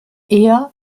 eher